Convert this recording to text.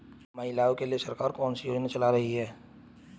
महिलाओं के लिए सरकार कौन सी योजनाएं चला रही है?